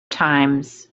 times